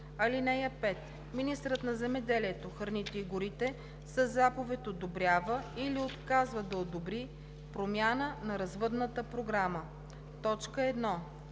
ал. 1. (5) Министърът на земеделието, храните и горите със заповед одобрява или отказва да одобри промяна на развъдната програма: 1.